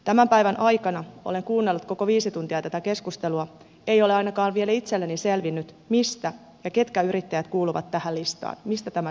tämän päivän aikana olen kuunnellut koko viisi tuntia tätä keskustelua ei ole ainakaan vielä itselleni selvinnyt ketkä yrittäjät kuuluvat tähän listaan ja mistä tämä säästö tehdään